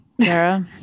Sarah